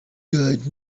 got